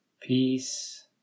Peace